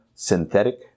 Synthetic